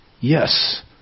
Yes